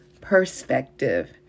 Perspective